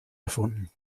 erfunden